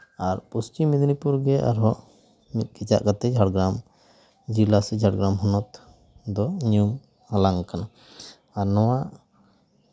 ᱟᱨ ᱯᱚᱪᱷᱤᱢ ᱢᱮᱫᱽᱱᱤᱯᱩᱨ ᱜᱮ ᱟᱨᱦᱚᱸ ᱢᱤᱫ ᱠᱮᱪᱟᱜ ᱠᱟᱛᱮ ᱡᱷᱟᱲᱜᱨᱟᱢ ᱡᱮᱞᱟ ᱥᱮ ᱡᱷᱟᱲᱜᱨᱟᱢ ᱦᱚᱱᱚᱛ ᱫᱚ ᱧᱩᱢ ᱦᱟᱞᱟᱝ ᱠᱟᱱᱟ ᱟᱨ ᱱᱚᱣᱟ